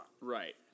Right